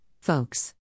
folks